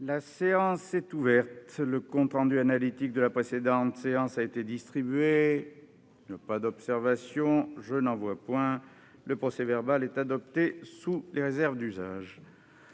La séance est ouverte. Le compte rendu analytique de la précédente séance a été distribué. Il n'y a pas d'observation ?... Le procès-verbal est adopté sous les réserves d'usage.